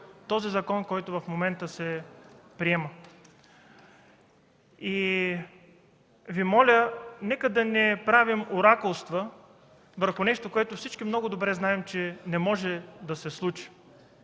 както законът, който в момента се приема. Моля Ви: нека да не правим оракулства върху нещо, което всички много добре знаем, че не може да се случи,